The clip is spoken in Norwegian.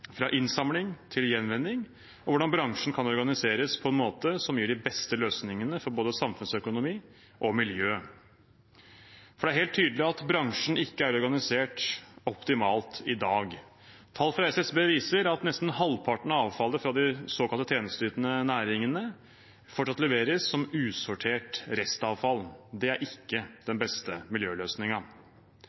fra innsamling til gjenvinning, og hvordan bransjen kan organiseres på en måte som gir de beste løsningene for både samfunnsøkonomi og miljø. Det er helt tydelig at bransjen ikke er organisert optimalt i dag. Tall fra SSB viser at nesten halvparten av avfallet fra de såkalt tjenesteytende næringene fortsatt leveres som usortert restavfall. Det er ikke den beste